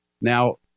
Now